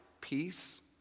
peace